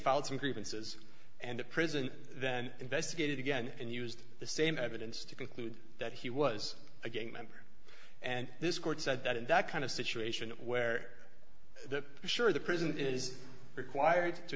filed some grievances and the prison then investigated again and used the same evidence to conclude that he was a gang member and this court said that in that kind of situation where the sure the prison is required to